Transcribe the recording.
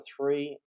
three